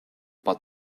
but